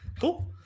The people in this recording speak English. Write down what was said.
Cool